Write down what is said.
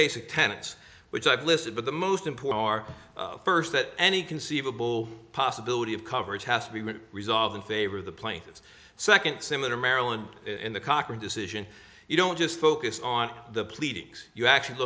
basic tenets which i've listed but the most important first that any conceivable possibility of coverage has to be resolved in favor of the plaintiffs second similar maryland in the cochrane decision you don't just focus on the pleadings you actually